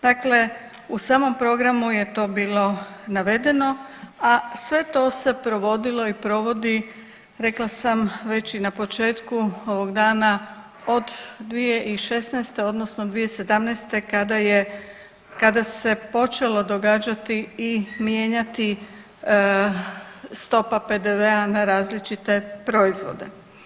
Dakle, u samom programu je to bilo navedeno, a sve to se provodilo i provodi rekla sam već i na početku ovog dana od 2016., odnosno 2017. kada se počelo događati i mijenjati stopa PDV-a na različite proizvode.